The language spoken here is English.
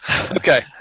Okay